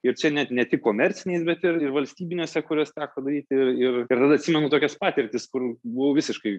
ir čia net ne tik komerciniais bet ir valstybinėse kurias teko daryti ir ir ir tada atsimenu tokias patirtis kur buvo visiškai